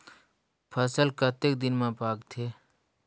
फसल कतेक दिन मे पाकथे?